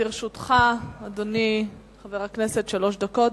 לרשותך, אדוני, חבר הכנסת, שלוש דקות.